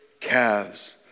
calves